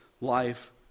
life